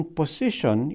position